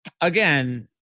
again